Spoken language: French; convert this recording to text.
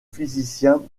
physicien